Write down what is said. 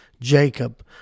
Jacob